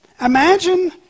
Imagine